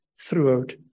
throughout